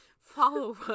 follow